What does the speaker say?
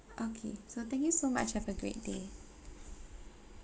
okay so thank you so much have a great day